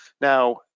Now